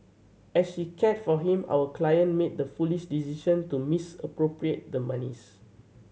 as she cared for him our client made the foolish decision to misappropriate the monies